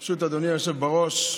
ברשות אדוני היושב בראש,